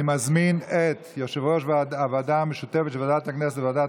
אני מזמין את יושב-ראש הוועדה המשותפת של ועדת הכנסת וועדת